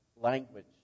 language